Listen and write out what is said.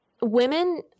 Women